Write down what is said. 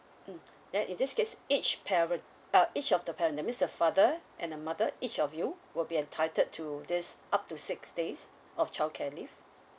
mm then in this case each parents uh each of the parent that means the father and the mother each of you will be entitled to this up to six days of childcare leave